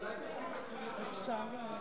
זה לא אומר שאני לא אוציא בהמשך.